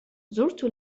زرت